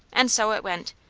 and so it went.